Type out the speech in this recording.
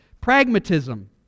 Pragmatism